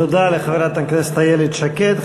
תודה לחברת הכנסת איילת שקד.